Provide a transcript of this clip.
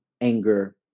anger